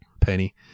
Penny